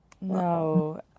no